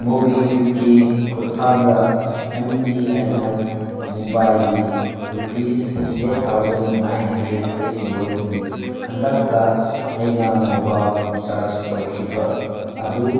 movie ꯀ꯭ꯋꯨꯤꯀꯤ ꯈꯨꯠꯊꯥꯡꯗ M T N L ꯃꯨꯝꯕꯥꯏꯒꯤ rupees eight thousand nine hundred eighty ꯋꯥꯟꯒꯤ ꯍꯟꯗꯛꯇ ꯑꯩꯅ ꯃꯣꯕꯥꯏꯜ ꯔꯤꯆꯥꯔꯖ ꯇꯧꯈꯤꯕ ꯑꯗꯨ